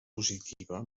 positiva